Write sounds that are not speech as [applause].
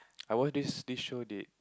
[noise] I watch this this show that